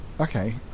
Okay